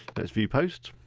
there's view post.